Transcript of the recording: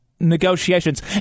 negotiations